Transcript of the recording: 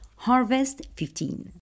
HARVEST15